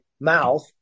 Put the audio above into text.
mouth